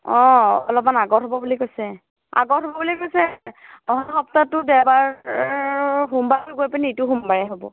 অঁ অলপমান আগত হ'ব বুলি কৈছে আগত হ'ব বুলি কৈছে অহা সপ্তাহটো দেওবাৰ সোমবাৰ গৈ পিনি ইটো সোমবাৰে হ'ব